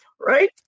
right